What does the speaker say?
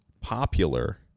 popular